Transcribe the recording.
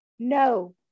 no